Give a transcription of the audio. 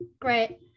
great